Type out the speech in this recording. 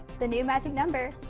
the new magic number.